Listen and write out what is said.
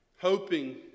Hoping